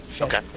Okay